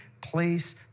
place